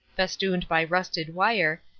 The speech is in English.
festooned by rusted wire,